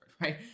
right